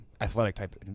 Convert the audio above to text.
athletic-type